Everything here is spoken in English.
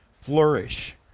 flourish